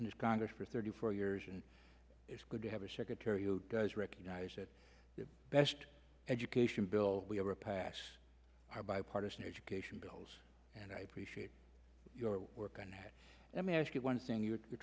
in this congress for thirty four years and it's good to have a secretary who does recognize that the best education bill we ever pass our bipartisan education bills and i appreciate your work and let me ask you one thing you were